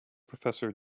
professor